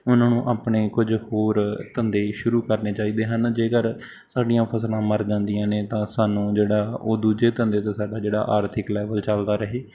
ਉਹਨਾਂ ਨੂੰ ਆਪਣੇ ਕੁਝ ਹੋਰ ਧੰਦੇ ਸ਼ੁਰੂ ਕਰਨੇ ਚਾਹੀਦੇ ਹਨ ਜੇਕਰ ਸਾਡੀਆਂ ਫਸਲਾਂ ਮਰ ਜਾਂਦੀਆਂ ਨੇ ਤਾਂ ਸਾਨੂੰ ਜਿਹੜਾ ਉਹ ਦੂਜੇ ਧੰਦੇ ਤੋਂ ਸਾਡਾ ਜਿਹੜਾ ਆਰਥਿਕ ਲੈਵਲ ਚਲਦਾ ਰਹੇ